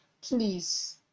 please